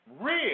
real